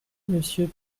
monsieur